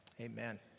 Amen